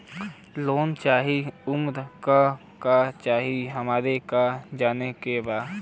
Loan चाही उमे का का चाही हमरा के जाने के बा?